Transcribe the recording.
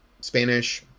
spanish